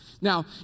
Now